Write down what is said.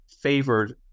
favored